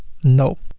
no.